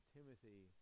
Timothy